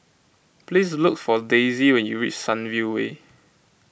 please look for Daisye when you reach Sunview Way